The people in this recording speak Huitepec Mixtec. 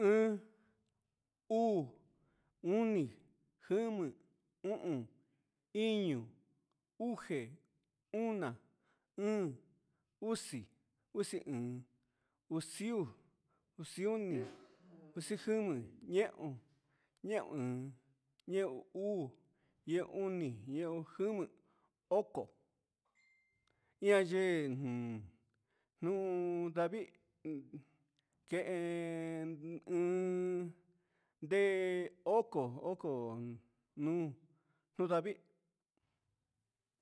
Een, uu, oni, joma, o'on, iño, uxe, una, o'on, uxi, uxi o'on, xiu, xioni, uxiomi, ñeun, ñeun uu, ñeun jomi, oko, ian yen nuu ndavii ken uun ndee oko, oko uun nudavii.